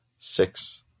Six